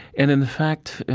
and, in fact,